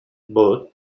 both